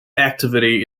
activity